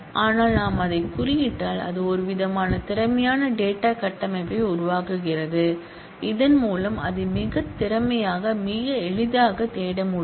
ஆனால் நாம் அதைக் குறியிட்டால் அது ஒருவிதமான திறமையான டேட்டாகட்டமைப்பை உருவாக்குகிறது இதன் மூலம் அதை மிக திறமையாக மிக எளிதாக தேட முடியும்